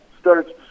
starts